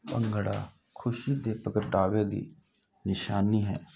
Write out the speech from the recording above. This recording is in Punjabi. ਭੰਗੜਾ ਖੁਸ਼ੀ ਦੇ ਪ੍ਰਗਟਾਵੇ ਦੀ ਨਿਸ਼ਾਨੀ ਹੈ